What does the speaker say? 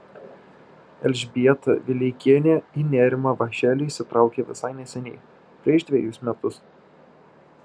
elžbieta vileikienė į nėrimą vąšeliu įsitraukė visai neseniai prieš dvejus metus